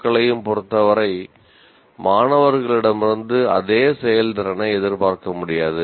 க்களையும் பொறுத்தவரை மாணவர்களிடமிருந்து அதே செயல்திறனை எதிர்பார்க்க முடியாது